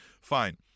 Fine